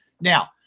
Now